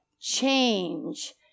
change